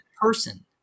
person